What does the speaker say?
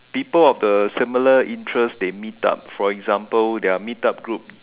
people of the similar interest they meet up for example their meet up group